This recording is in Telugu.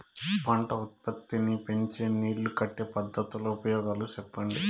పంట ఉత్పత్తి నీ పెంచే నీళ్లు కట్టే పద్ధతుల ఉపయోగాలు చెప్పండి?